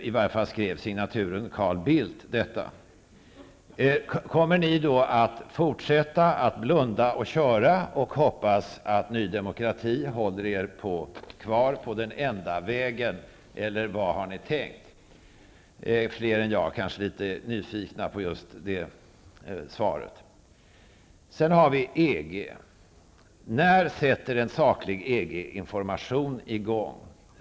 I varje fall skrev signaturen Carl Bildt detta. Kommer ni att fortsätta att blunda och köra och hoppas att Ny demokrati håller er kvar på den enda vägen, eller vad har ni tänkt? Fler än jag är kanske litet nyfikna på svaret. Sen har vi EG. När sätter en saklig EG-information i gång?